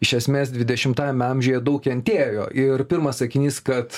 iš esmės dvidešimtajame amžiuje daug kentėjo ir pirmas sakinys kad